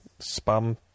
spam